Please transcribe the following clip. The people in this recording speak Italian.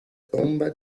tomba